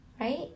right